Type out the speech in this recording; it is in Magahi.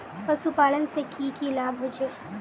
पशुपालन से की की लाभ होचे?